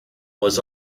was